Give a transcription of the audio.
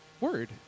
word